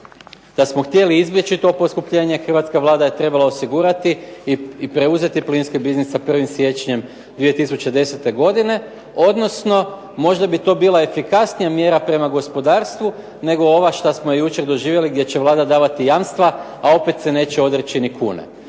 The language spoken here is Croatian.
da smo htjeli izbjeći to poskupljenje hrvatska Vlada je trebala osigurati i preuzeti plinski biznis sa 1. siječnjem 2010. godine, odnosno možda bi to bila efikasnija mjera prema gospodarstvu, nego ova šta smo jučer doživjeli gdje će Vlada davati jamstva, a opet se neće odreći ni kune.